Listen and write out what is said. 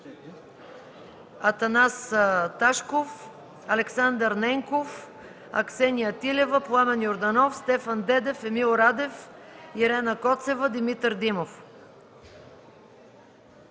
Атанас Ташков, Александър Ненков, Аксения Тилева, Пламен Йорданов, Стефан Дедев, Емил Радев, Ирена Коцева, Димитър Димов